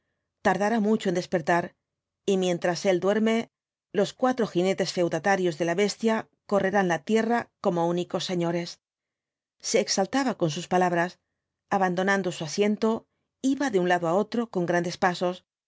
tardará mucho en despertar y mientras él duerme loe cuatro jinetes feudatarios de la bestia correrán la tierra como únicos señores se exaltaba con sus palabras abandonando su asien to iba de un lado á otro con grandes pasos